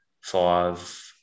five